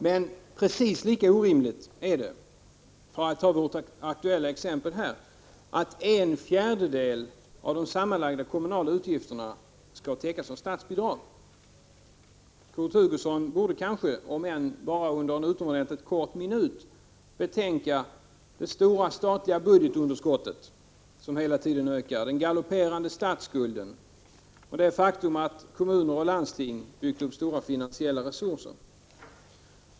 Men precis lika orimligt är det — för att ta det nu aktuella exemplet — att en fjärdedel av de sammanlagda kommunala utgifterna skall täckas av statsbidrag. Kurt Hugosson borde kanske, om än bara under en kort minut, betänka det stora statliga budgetunderskottet, som hela tiden ökar, den galopperande statsskulden och det faktum att kommuner och landsting byggt upp stora finansiella resurser.